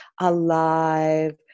alive